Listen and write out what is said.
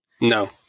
No